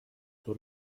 the